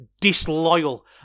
disloyal